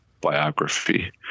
biography